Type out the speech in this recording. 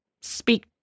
speak